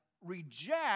reject